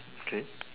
okay